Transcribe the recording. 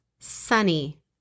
Sunny